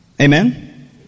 Amen